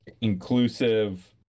inclusive